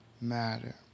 matter